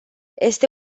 este